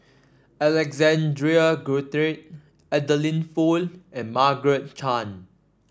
Alexander Guthrie Adeline Foo and Margaret Chan